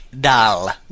dal